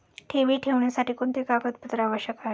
ठेवी ठेवण्यासाठी कोणते कागदपत्रे आवश्यक आहे?